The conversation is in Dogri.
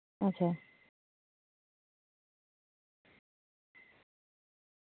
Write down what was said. अच्छा